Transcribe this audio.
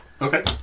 Okay